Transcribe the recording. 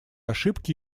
ошибки